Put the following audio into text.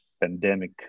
pandemic